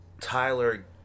Tyler